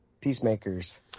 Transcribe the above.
Peacemakers